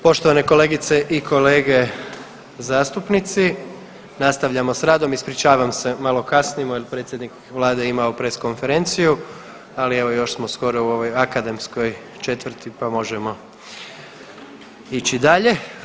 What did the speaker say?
Poštovane kolegice i kolege zastupnici nastavljamo s radom, ispričavam se malo kasnimo jer predsjednik vlade je imao press konferenciju, ali evo još smo skoro u ovoj akademskoj četvrti pa možemo ići dalje.